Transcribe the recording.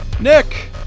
Nick